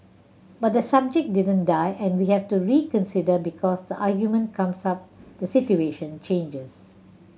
but the subject didn't die and we have to reconsider because the argument comes up the situation changes